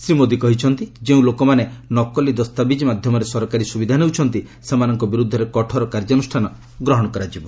ଶ୍ରୀ ମୋଦି କହିଛନ୍ତି ଯେଉଁ ଲୋକମାନେ ନକଲି ଦସ୍ତାବିଜ୍ ମାଧ୍ୟମରେ ସରକାରୀ ସୁବିଧା ନେଉଛନ୍ତି ସେମାନଙ୍କ ବିରୁଦ୍ଧରେ କଠୋର କାର୍ଯ୍ୟାନୁଷ୍ଠାନ ଗ୍ରହଣ କରାଯିବ